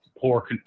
poor